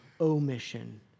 omission